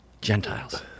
Gentiles